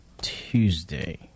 Tuesday